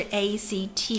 act